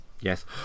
Yes